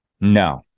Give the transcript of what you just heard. no